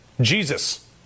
jesus